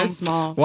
small